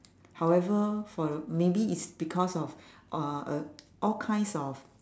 however for maybe it's because of ah uh all kinds of